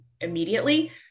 immediately